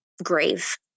Grave